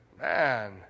man